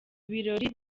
birori